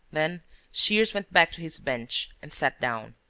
then shears went back to his bench and sat down.